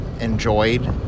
enjoyed